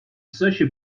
sushi